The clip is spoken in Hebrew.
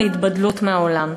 התבדלות מהעולם.